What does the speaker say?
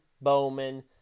Bowman